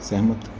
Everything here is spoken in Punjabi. ਸਹਿਮਤ